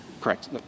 Correct